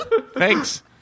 thanks